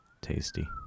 tasty